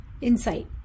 insight